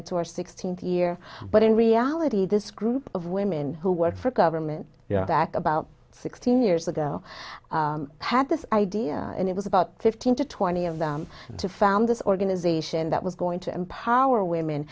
into our sixteenth year but in reality this group of women who work for government back about sixteen years ago had this idea and it was about to to twenty of them to found this organization that was going to empower